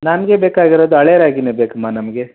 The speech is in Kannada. ನನಗೆ ಬೇಕಾಗಿರೋದು ಹಳೆ ರಾಗಿನೆ ಬೇಕಮ್ಮ ನಮಗೆ